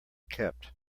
kept